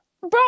bro